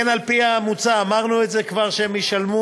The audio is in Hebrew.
כמו כן, על-פי המוצע, אמרנו את זה כבר, שהם ישלמו,